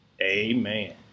Amen